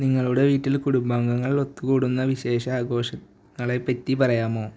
നിങ്ങളുടെ വീട്ടിൽ കുടുംബാംഗങ്ങൾ ഒത്തുകൂടുന്ന വിശേഷ ആഘോഷങ്ങളെ പറ്റി പറയാമോ